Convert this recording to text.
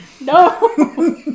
No